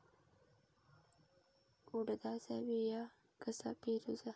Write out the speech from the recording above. उडदाचा बिया कसा पेरूचा?